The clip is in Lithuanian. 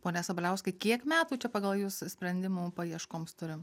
pone sabaliauskai kiek metų čia pagal jus sprendimų paieškoms turim